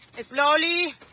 Slowly